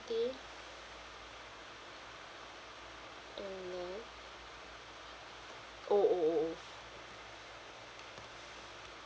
and then oh oh oh oh